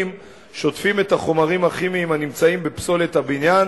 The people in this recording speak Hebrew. שוטפים את החומרים הכימיים הנמצאים בפסולת הבניין